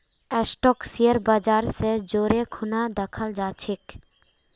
stock share बाजर स जोरे खूना दखाल जा छेक